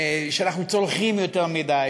שאנחנו צורכים יותר מדי,